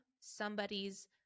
somebody's